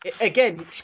again